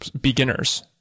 beginners